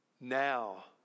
now